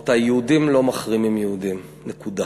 יהודים לא מחרימים יהודים, נקודה.